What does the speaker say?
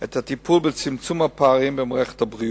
את הטיפול בצמצום הפערים במערכת הבריאות.